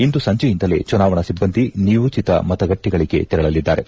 ಇಂದು ಸಂಜೆಯಿಂದಲೇ ಚುನಾವಣಾ ಸಿಬ್ಬಂದಿ ನಿಯೋಜಿತ ಮತಗಟ್ಟೆಗಳಿಗೆ ತೆರಳಲಿದ್ದಾರೆ